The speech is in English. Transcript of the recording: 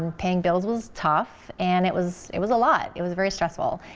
paying bills was tough, and it was it was a lot. it was very stressful.